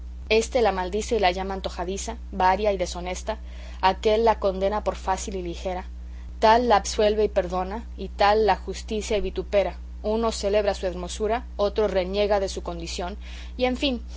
éste la maldice y la llama antojadiza varia y deshonesta aquél la condena por fácil y ligera tal la absuelve y perdona y tal la justicia y vitupera uno celebra su hermosura otro reniega de su condición y en fin